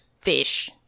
fish